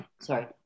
sorry